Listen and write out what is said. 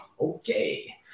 okay